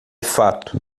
fato